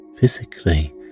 physically